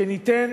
שניתן